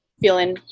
feeling